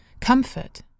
comfort